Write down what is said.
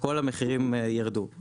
כל המחירים ירדו.